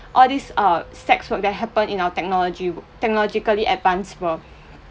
all this err sex work that happen in our technology wo~ technologically advanced world